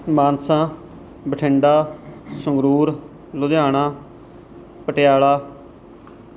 Mansa Bathinda Sangrur Ludhiana Patiala